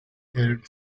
aired